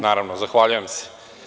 Naravno, zahvaljujem se.